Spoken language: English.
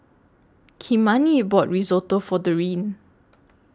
Kymani bought Risotto For Dorine